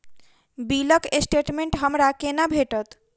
बिलक स्टेटमेंट हमरा केना भेटत?